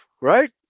right